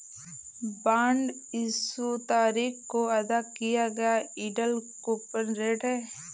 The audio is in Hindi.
बॉन्ड इश्यू तारीख को अदा किया गया यील्ड कूपन रेट है